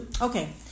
okay